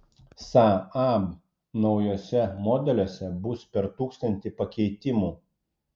saab naujuose modeliuose bus per tūkstantį pakeitimų